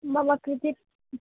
मम कृते